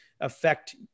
affect